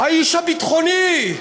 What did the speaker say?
האיש הביטחוני,